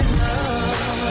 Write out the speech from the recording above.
love